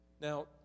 Now